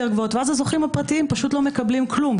גבוהות ואז הזוכים הפרטיים פשוט לא מקבלים כלום,